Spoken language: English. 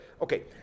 okay